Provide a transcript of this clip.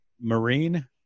Marine